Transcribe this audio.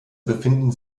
befinden